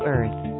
Earth